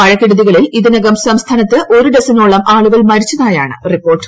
മഴക്കെടുതികളിൽ ഇതിനകം സംസ്ഥാനത്ത് ഒരു ഡസനോളം ആളുകൾ മരിച്ചതായാണ് റിപ്പോർട്ട്